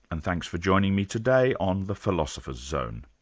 and thanks for joining me today on the philosopher's zone.